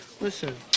Listen